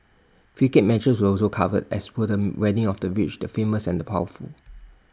cricket matches were also covered as were the weddings of the rich the famous and the powerful